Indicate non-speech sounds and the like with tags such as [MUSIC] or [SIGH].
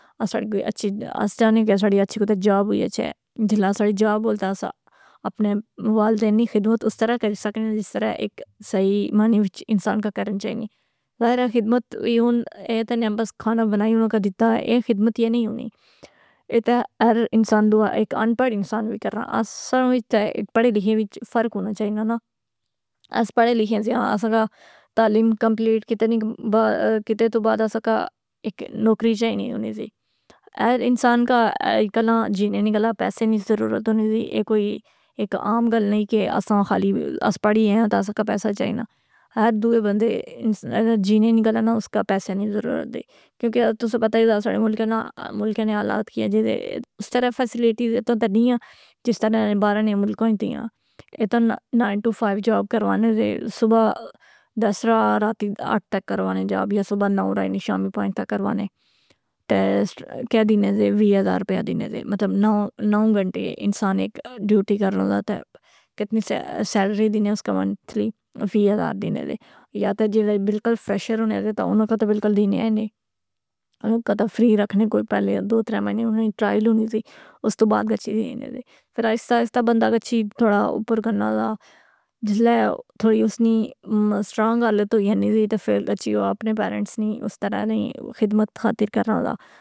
اساڑی کوئی اچھی اساڑی اچھی کوتھے جاب ہوئی گچھے، [UNINTELLIGIBLE] اپنے والدین نی خدمت اس طرح کری سکنے جس طرح ایک صحیح معنی وچ انسان کا کرن چائینی۔ ظاہرہ خدمت اے ہن، اے تاں نیاں بس کھانا بنائی اناں کی دیتا، اے خدمت یہ نئ ہونی۔ اے تہ ہر انسان دوا ایک انپڑھ انسان وی کرنا، اساں ویچ تہ پڑھے لکھے ویچ فرق ہونا چائنا نا۔ اس پڑھے لکھیے سیاں، اساں کا تعلیم کمپلیٹ کتے تو بعد اساں کا اک نوکری چائینی ہونی زی۔ ہر انسان کا ایک ناں جینے نی کلا پیسے نی ضرورت ہونی زی۔ اے کوئی اک آم گل نی کہ اساں خالی اسا پڑھی گیاں تہ اسا کا پیسہ چائنا۔ ہر دوے بندے [UNINTELLIGIBLE] جینے نی کلاں نہ اسکی پیسے نی ضرورت دے۔ کیونکہ تساں پتہ ای دا ساڑے ملک نے حالات کیاں جے دے، جس طرح فیسلیٹیز اتھے تہ نی آں۔ جس طرح باہرا نہ ملکاں ای تھیاں۔ اے تاں نائن ٹو فائیو جاب کروانے دے، صبح دس رہا راتی آٹھ تک کروانے جاب یا صبح نو رہنی شامی پانچ تک کروانے۔ تہ سٹ کہ دینے دے، وی ہزار روپیہ دینے دے، مطلب نو گھنٹے انسان ایک ڈیوٹی کرناں دا تہ کتنی سیلری دینے اس کا منتھلی وی ہزار دینے دے۔ یا تہ جیڑے بلکل فریشر ہونے دے تہ اناں کا تہ بلکل دینے نہیں۔ اناں کا تہ فری رکھنے کوئی پہلے دو ترے مہینے اناں ںی ٹرائل ہونی زی، اس توں بعد گچھی ہنے دی۔ فر آہستہ آہستہ بندہ گچھی تھوڑا اوپر گنا دا، جسلے تھوڑی اسنی سٹرونگ حالت ہوئی انی زی۔ تہ فر گچھی او اپنے پیرنٹس نی اس طرح نہیں خدمت خاطر کرنا دا.